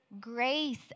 Grace